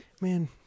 man